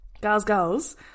girls-girls